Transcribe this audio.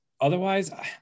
otherwise